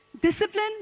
discipline